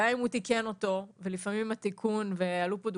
גם אם הוא תיקן אותו ולפעמים התיקון ועלו כאן